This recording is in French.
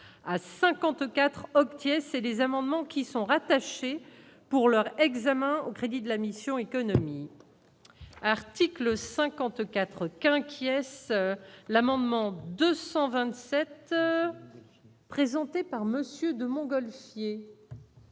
c'est les amendements qui sont rattachés pour leur examen au crédits de la mission économique. Article 54 qui-ce l'amendement 227. Présenté par monsieur de Montgolfier.